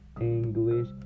English